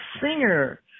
singer